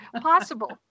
possible